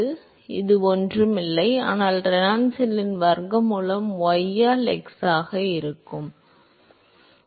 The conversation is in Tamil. எனவே அது ஒன்றும் இல்லை ஆனால் ரெனால்ட்ஸ் எண்ணின் வர்க்கமூலம் y ஆல் x ஆக இருக்கும்